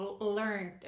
learned